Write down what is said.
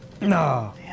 no